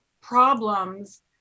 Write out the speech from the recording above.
problems